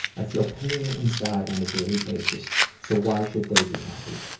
i feel pain inside on a daily basis so why should they be happy?